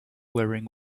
wearing